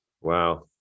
Wow